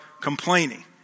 complaining